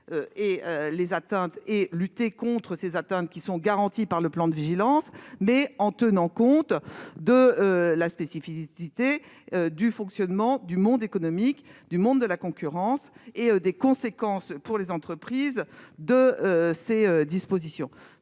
de lutter contre les atteintes aux droits garantis par le plan de vigilance, mais en tenant compte de la spécificité du fonctionnement du monde économique et du monde de la concurrence, ainsi que des conséquences pour les entreprises de telles dispositions.